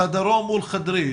חדרו מול חדרי,